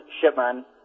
Shipman